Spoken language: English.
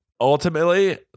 ultimately